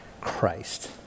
Christ